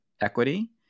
equity